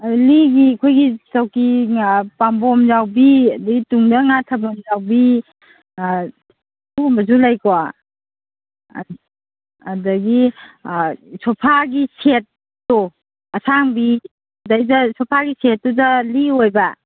ꯑꯗ ꯂꯤꯒꯤ ꯑꯩꯈꯣꯏꯒꯤ ꯆꯧꯀ꯭ꯔꯤ ꯄꯥꯝꯕꯣꯝ ꯌꯥꯎꯕꯤ ꯑꯗꯒꯤ ꯇꯨꯡꯗ ꯉꯥꯊꯕꯝ ꯌꯥꯎꯕꯤ ꯁꯤꯒꯨꯝꯕꯁꯨ ꯂꯩꯀꯣ ꯑꯥ ꯑꯗꯒꯤ ꯁꯣꯐꯥꯒꯤ ꯁꯦꯠꯇꯣ ꯑꯁꯥꯡꯕꯤ ꯑꯗꯩꯗ ꯁꯣꯐꯥꯒꯤ ꯁꯦꯠꯇꯨꯗ ꯂꯤ ꯑꯣꯏꯕ